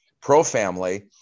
pro-family